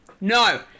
No